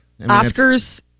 Oscars